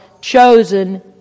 chosen